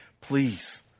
Please